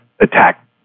attack